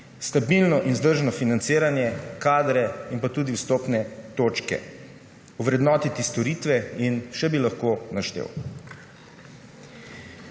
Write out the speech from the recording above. stabilno in vzdržno financiranje, kadre in tudi vstopne točke, ovrednotiti storitve in še bi lahko našteval.